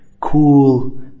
cool